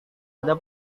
ada